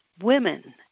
Women